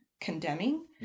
condemning